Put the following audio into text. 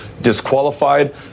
disqualified